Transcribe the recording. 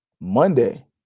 Monday